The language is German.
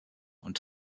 und